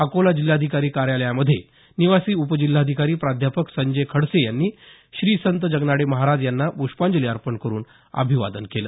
अकोला जिल्हाधिकारी कार्यालयामध्ये निवासी उपजिल्हाधिकारी प्राध्यापक संजय खडसे यांनी श्री संत जगनाडे महाराज यांना पुष्पांजली अर्पण करून अभिवादन केलं